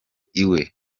iwe